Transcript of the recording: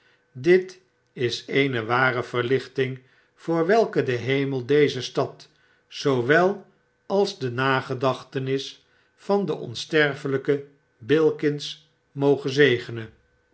rusten ditis eene ware verlichting voor welke de hemel deze stad zoowel als de nagedachtenis van den onsterfelpen bilkins moge zegenen